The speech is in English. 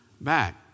back